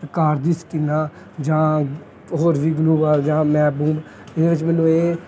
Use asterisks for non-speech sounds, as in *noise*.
ਕਾਰ ਦੀ ਸਕਿਨਾਂ ਜਾਂ ਹੋਰ *unintelligible* ਵਾਰ ਜਾਂ ਮੈਪ ਮੂਪ ਇਹਦੇ ਵਿੱਚ ਮੈਨੂੰ ਇਹ